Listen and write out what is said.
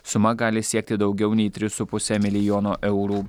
suma gali siekti daugiau nei tris su puse milijono eurų